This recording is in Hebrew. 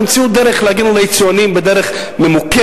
תמצאו דרך להגן על היצואנים בדרך ממוקדת,